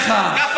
זה ירושלים?